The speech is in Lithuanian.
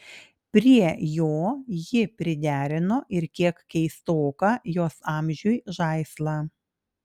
prie jo ji priderino ir kiek keistoką jos amžiui žaislą